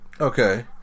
Okay